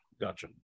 gotcha